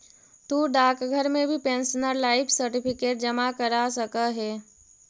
तु डाकघर में भी पेंशनर लाइफ सर्टिफिकेट जमा करा सकऽ हे